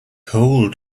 hold